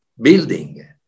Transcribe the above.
building